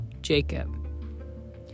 Jacob